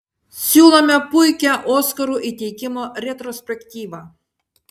siūlome puikią oskarų įteikimo retrospektyvą